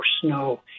snow